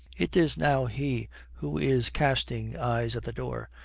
it is now he who is casting eyes at the door.